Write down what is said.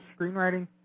screenwriting